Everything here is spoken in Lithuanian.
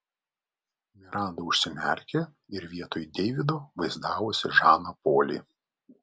miranda užsimerkė ir vietoj deivido vaizdavosi žaną polį